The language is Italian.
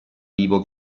vivo